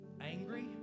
angry